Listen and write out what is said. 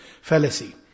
fallacy